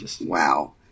wow